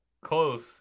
Close